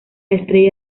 estrella